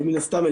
ומן הסתם,